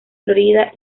florida